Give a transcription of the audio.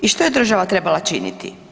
I što je država trebala činiti?